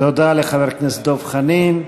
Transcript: תודה לחבר הכנסת דב חנין.